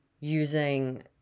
using